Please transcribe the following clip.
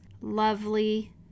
Lovely